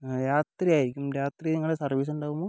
രാത്രിയായിരിക്കും രാത്രി നിങ്ങളുടെ സർവീസ് ഉണ്ടാകുമോ